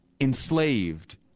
Enslaved